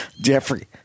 Jeffrey